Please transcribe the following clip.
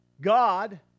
God